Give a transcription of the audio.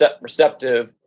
receptive